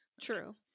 True